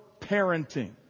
parenting